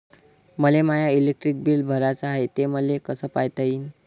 मले my electric bill भराचं हाय, ते मले कस पायता येईन?